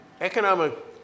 economic